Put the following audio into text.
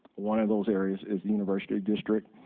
one of those areas is the university district.